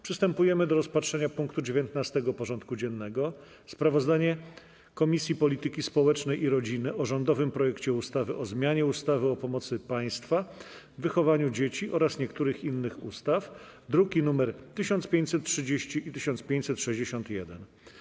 Przystępujemy do rozpatrzenia punktu 19. porządku dziennego: Sprawozdanie Komisji Polityki Społecznej i Rodziny o rządowym projekcie ustawy o zmianie ustawy o pomocy państwa w wychowywaniu dzieci oraz niektórych innych ustaw (druki nr 1530 i 1561)